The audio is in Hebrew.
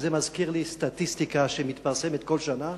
זה מזכיר לי סטטיסטיקה שמתפרסמת כל שנה,